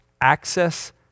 access